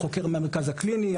חוקר מהמרכז הקליני,